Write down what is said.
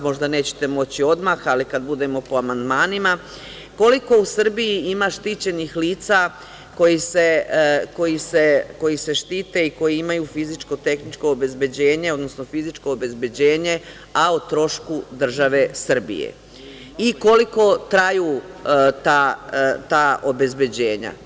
Možda nećete moći odmah, ali kada budemo po amandmanima - koliko u Srbiji ima štićenih lica koji se štite i koji imaju fizičko-tehničko obezbeđenje, odnosno fizičko obezbeđenje, a o trošku države Srbije i koliko traju ta obezbeđenja.